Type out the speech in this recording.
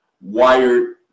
wired